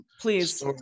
Please